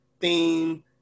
theme